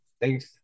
thanks